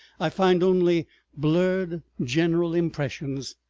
i find only blurred general impressions.